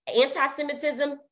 anti-Semitism